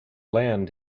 land